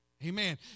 Amen